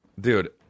dude